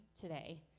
today